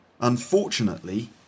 unfortunately